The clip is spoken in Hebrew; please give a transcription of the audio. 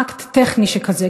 אקט טכני שכזה,